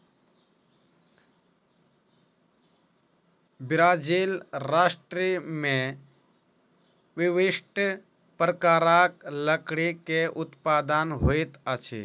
Brazil राष्ट्र में विशिष्ठ प्रकारक लकड़ी के उत्पादन होइत अछि